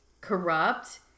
corrupt